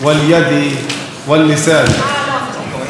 ואבו אלטייב אלמותנבי אמר: